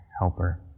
helper